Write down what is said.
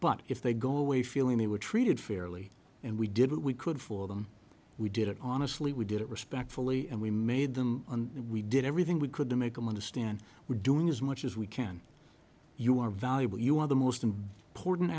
but if they go away feeling they were treated fairly and we did what we could for them we did it on a sleeve we did it respectfully and we made them and we did everything we could to make them understand we're doing as much as we can you are valuable you are the most an importan